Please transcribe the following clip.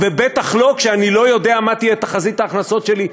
ובטח כשאני לא יודע מה תהיה תחזית ההכנסות שלי,